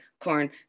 corn